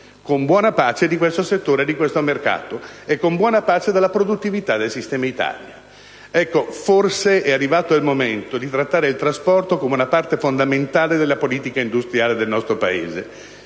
con buona pace di questo settore, di questo mercato e della produttività del sistema Italia. Forse è arrivato il momento di trattare il trasporto come una parte fondamentale della politica industriale del nostro Paese.